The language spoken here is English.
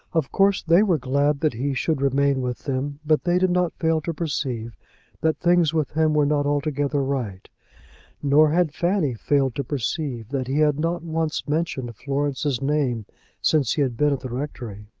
of course they were glad that he should remain with them, but they did not fail to perceive that things with him were not altogether right nor had fanny failed to perceive that he had not once mentioned florence's name since he had been at the rectory.